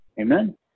amen